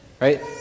right